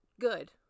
Good